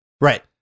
Right